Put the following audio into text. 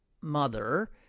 mother